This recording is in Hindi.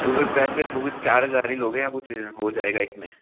तो फिर पैसे चार हजार ही लोगे या कुछ हो जायेगा इसमें